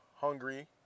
hungry